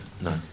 No